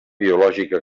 biològica